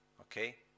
Okay